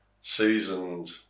seasoned